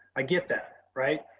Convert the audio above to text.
i get that right.